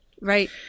Right